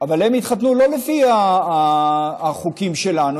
אבל הם התחתנו לא לפי החוקים שלנו,